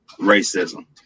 racism